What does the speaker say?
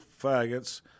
faggots